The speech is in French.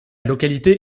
localité